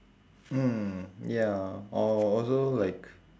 mm ya or also like